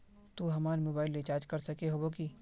तू हमर mobile recharge कर सके होबे की?